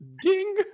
Ding